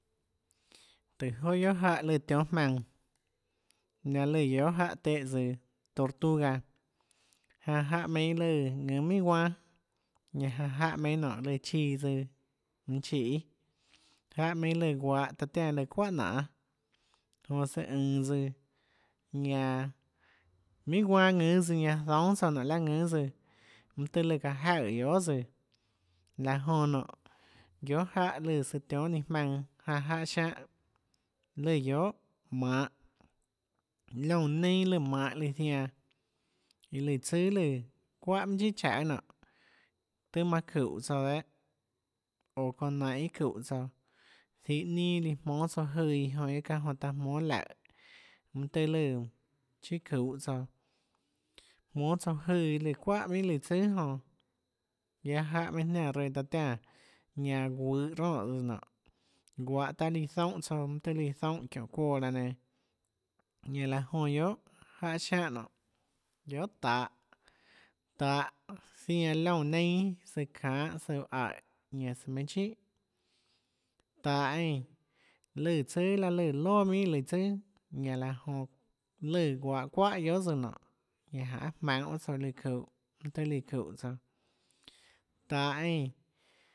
Tùhå joà guiohà jáhã tionhâ jmaønã laê lùã guiohà jáhã téhã tsøã tortuga janã jáhã meinhâ lùã ðùnâ minhà guanâ ñanã janã jáhã meinhâ lùã chiã tsøã mønã chiê jáhã meinhâ lùã guahå taã tiánã lùã çuáhà nanê jonã søã ønå tsøã ñanã minhà guanâ ðùnâ tsøã ñanã zoúâ tsouã nonê láhã ðùnâ tsøã mønâ tøhê lùã çaã jaøè guiohà tsøã laã jonã nonê guiohà jáhã lùã søã tionhâ nainhå jmaønã janã jáhã siánhã lùã guiohà manhå liónã neinâ lùã manhå lùã zianã iã lùã tsùà lùã çuáhà minhà chíhà tsaøê nonê tøhê manã çúhå tsouã dehâ oå çounã nainhå iâ çúhå tsouã zihå ninâ líã jmónâ tsouã jøã iã jonã çáhã jonã taã jmónâ laùhå mønâ tøhê lùã chiâ çuhå tsouã jmónâ tsouã jøã çuáhà minhà lùã tsùà jonã guiaâ jáhã jniánã reã taã tiánã ñanã guøhå ronès nonê guahå taâ líã zoúnhã tsouã mønâ tøhê líã zoúnhã çiónhå çuoã laã nenã ñanã laã jonã guiohà jáhã siáhã nonê guiohà tahå tahå zianã liónã neinâ søã çaønâ søã guã aíhå ñanã søã meinhâ chíhà tahå eínã lùâ tsùà laê lùã loà minhà lùã tsùà ñanã laã jonã lùã guahå çuáhà guiohà tsøã nonê janê jmaønhå tsouã lùã çuhå mønâ tøhê líã çúhå tsouã tahå eínã